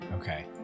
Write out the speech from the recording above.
Okay